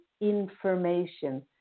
information